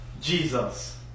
Jesus